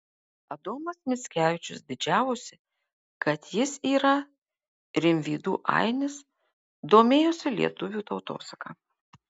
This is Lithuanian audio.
adomas mickevičius didžiavosi kad jis yra rimvydų ainis domėjosi lietuvių tautosaka